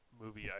movie